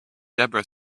debra